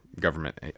government